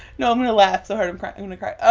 no, i'm going to laugh so hard i'm going to cry.